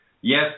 yes